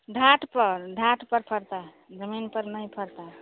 ढाट पर ढाट पर फलता है ज़मीन पर नहीं फलता है